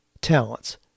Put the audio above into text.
talents